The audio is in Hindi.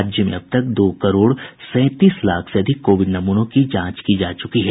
राज्य में अब तक दो करोड़ सैंतीस लाख से अधिक कोविड नमूनों की जांच की जा चुकी है